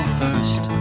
first